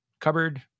cupboard